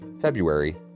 February